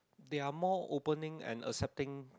they are more opening and accepting